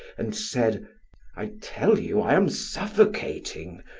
and said i tell you i am suffocating!